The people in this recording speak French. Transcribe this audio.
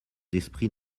d’esprit